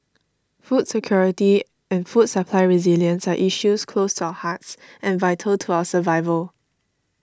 food security and food supply resilience are issues close to our hearts and vital to our survival